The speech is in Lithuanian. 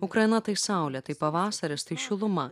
ukraina tai saulė tai pavasaris tai šiluma